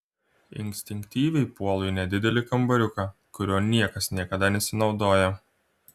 instinktyviai puolu į nedidelį kambariuką kuriuo niekas niekada nesinaudoja